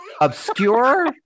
obscure